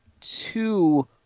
two